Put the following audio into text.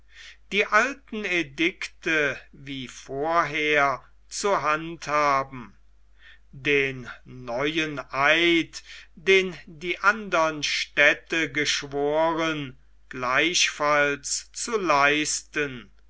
die alten edikte wie vorher zu handhaben den neuen eid den die andern städte geschworen gleichfalls zu leisten